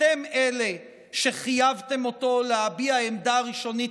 אתם אלה שחייבתם אותו להביע עמדה ראשונית